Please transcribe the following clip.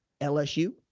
LSU